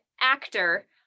actor